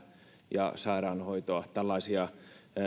ja sairaanhoitoa tällaisia